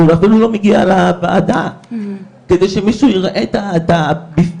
הוא אפילו לא מגיע לוועדה כדי שמישהו יראה את הבפנים,